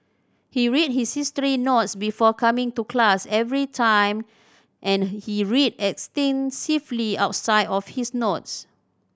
he read his history notes before coming to class every time and he read extensively outside of his notes